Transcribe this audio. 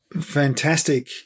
fantastic